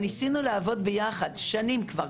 ניסינו לעבוד יחד כבר שנים,